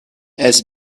has